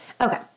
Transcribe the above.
Okay